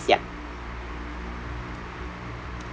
yup